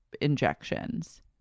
injections